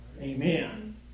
Amen